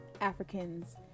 Africans